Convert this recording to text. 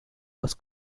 was